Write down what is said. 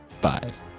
Five